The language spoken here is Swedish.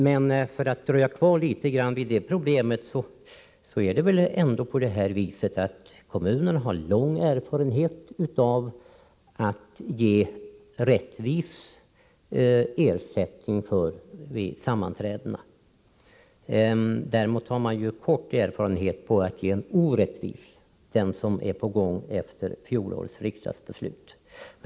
För att något dröja kvar vid det problemet vill jag säga att det väl ändå är så att kommunerna har lång erfarenhet av att ge rättvis ersättning vid sammanträdena — däremot har man kort erfarenhet av att ge orättvis ersättning, nämligen den som är på gång efter fjolårets riksdagsbeslut.